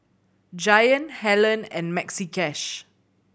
Giant Helen and Maxi Cash